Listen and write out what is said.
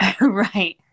right